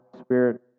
spirit